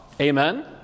Amen